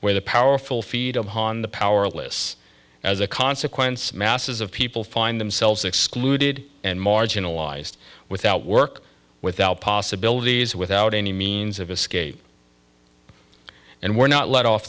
where the powerful feed of han the powerless as a consequence masses of people find themselves excluded and marginalized without work without possibilities without any means of escape and we're not let off